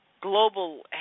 global